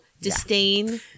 disdain